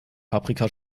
paprika